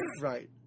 right